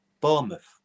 Bournemouth